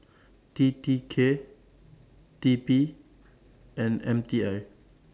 T T K T P and M T I